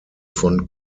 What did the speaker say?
von